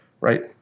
right